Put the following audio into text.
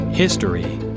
History